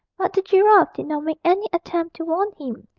but the giraffe did not make any attempt to warn him,